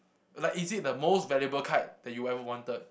like is it the most valuable card that you ever wanted